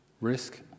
risk